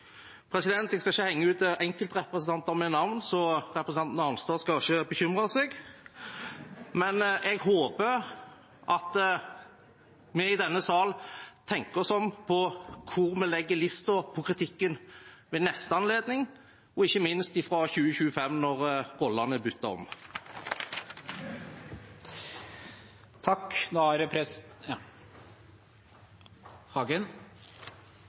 salen. Jeg skal ikke henge ut enkeltrepresentanter ved navn – så representanten Arnstad skal ikke bekymre seg – men jeg håper at vi i denne sal tenker oss om når det gjelder hvor vi legger lista for kritikken ved neste anledning, ikke minst fra 2025, når rollene er byttet om.